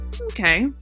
Okay